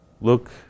Look